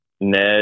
Ned